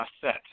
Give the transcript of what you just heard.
set